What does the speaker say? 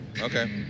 Okay